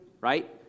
right